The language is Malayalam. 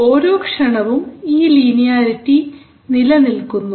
ഓരോ ക്ഷണവും ഈ ലീനിയാരിറ്റി നിലനിൽക്കുന്നു